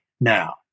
now